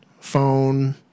phone